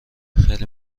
خیلی